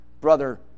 Brother